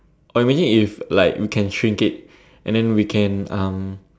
oh imagine if you like can shrink it and then we can um